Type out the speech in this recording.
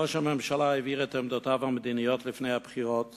ראש הממשלה הבהיר את עמדותיו המדיניות לפני הבחירות